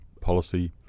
policy